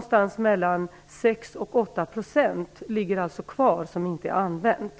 Det är alltså den tid som ligger kvar och som inte är använd.